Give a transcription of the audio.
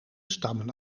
stammen